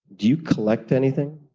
do you collect anything